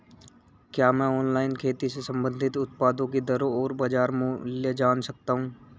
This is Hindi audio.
क्या मैं ऑनलाइन खेती से संबंधित उत्पादों की दरें और बाज़ार मूल्य जान सकता हूँ?